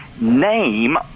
name